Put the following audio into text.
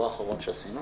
לא האחרון שעשינו.